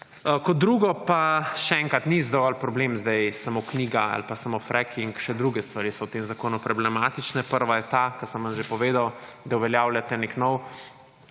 Kot drugo pa, še enkrat. Ni dovolj problem zdaj samo knjiga ali pa samo fracking, še druge stvari so v tem zakonu problematične. Prva je ta, ki sem jo že povedal, da uveljavljate nek nov